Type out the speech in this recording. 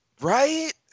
Right